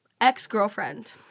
ex-girlfriend